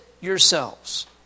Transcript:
yourselves